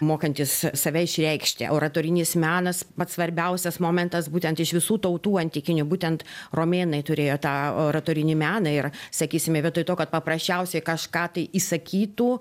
mokantys save išreikšti oratorinis menas pats svarbiausias momentas būtent iš visų tautų antikinių būtent romėnai turėjo tą oratorinį meną ir sakysime vietoj to kad paprasčiausiai kažką tai įsakytų